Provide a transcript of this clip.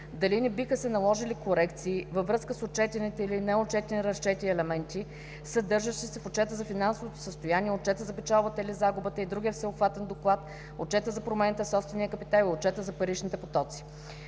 дали не биха се наложили корекции във връзка с отчетените или неотчетените разчети и елементите, съдържащи се в отчета за финансовото състояние, отчета за печалбата или загубата и другия всеобхватен доход, отчета за промените в собствения капитал и отчета за паричните потоци.“